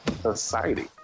society